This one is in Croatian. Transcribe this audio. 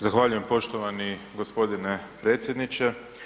Zahvaljujem poštovani gospodine predsjedniče.